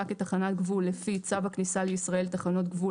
כתחנת גבול לפי צו הכניסה לישראל (תחנות גבול),